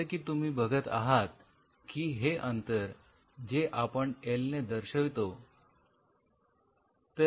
जसे की तुम्ही बघत आहात की हे अंतर जे आपण एल ने दर्शवितो